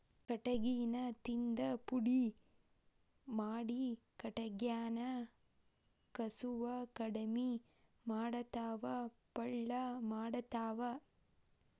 ಕಟಗಿನ ತಿಂದ ಪುಡಿ ಮಾಡಿ ಕಟಗ್ಯಾನ ಕಸುವ ಕಡಮಿ ಮಾಡತಾವ ಪಳ್ಳ ಮಾಡತಾವ